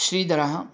श्रीधरः